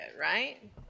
right